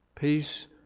peace